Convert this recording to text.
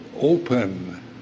open